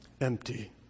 Empty